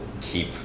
keep